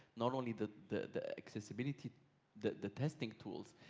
not only the the accessibility the the testing tools,